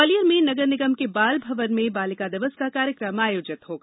ग्वालियर में नगर निगम के बाल भवन में बालिका दिवस का कार्यक्रम आयोजित होगा